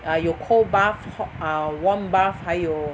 err 有 cold bath hot err warm bath 还有